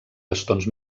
bastons